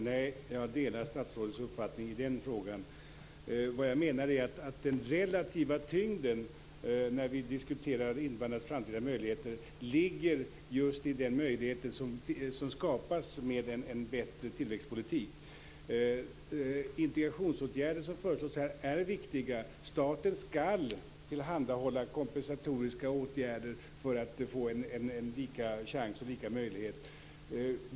Fru talman! Jag delar statsrådets uppfattning i den frågan. Vad jag menar är att den relativa tyngden när vi diskuterar invandrarnas framtida möjligheter ligger just i den möjlighet som skapas med en bättre tillväxtpolitik. Integrationsåtgärder, som föreslås här, är viktiga. Staten skall tillhandahålla kompensatoriska åtgärder för att alla skall få samma chanser och samma möjligheter.